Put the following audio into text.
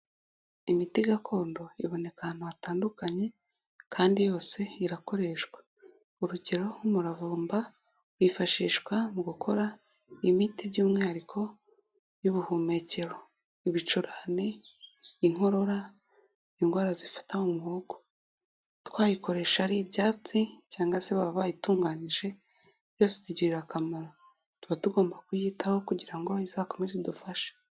Imiti gakondo iboneka ahantu hatandukanye, kandi yose irakoreshwa. Urugero nk'umuravumba wifashishwa mu gukora imiti by'umwihariko y'ubuhumekero. Ibicurane, inkorora, indwara zifata mu muhogo, twayikoresha ari ibyatsi cyangwa se baba bayitunganyije byose bitugirira akamaro. Tuba tugomba kuyitaho kugira ngo izakomeze idufashe.